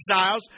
exiles